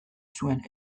zuen